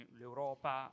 l'Europa